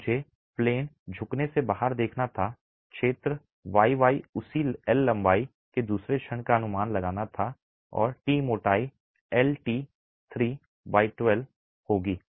अगर मुझे प्लेन झुकने से बाहर देखना था और क्षेत्र Iyy उसी L लंबाई के दूसरे क्षण का अनुमान लगाना था और T मोटाई Lt3 12 होगी